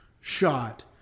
shot